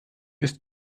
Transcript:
ist